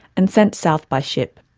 and sent south by ship.